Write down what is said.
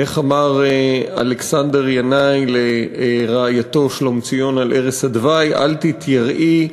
איך אמר אלכסנדר ינאי לרעייתו שלומציון על ערש הדווי: אל תתייראי,